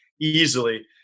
easily